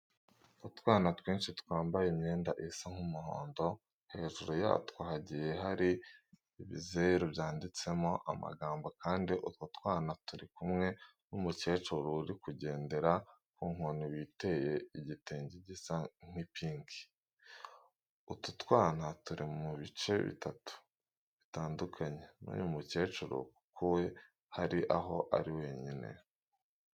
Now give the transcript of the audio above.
Utwana twinshi twambaye imyenda isa nk'umuhondo, hejuru yatwo hagiye hari ibizeru byanditsemo amagambo kandi utwo twana turi kumwe n'umukecuru uri kugendera ku nkoni witeye igitenge gisa nka pinki. Utu twana turi mu bice bitatu, bitandukanye n'uyu mukecuru kuko we hari aho ari wenyine.